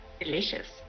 Delicious